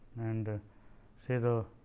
and say the